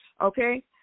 Okay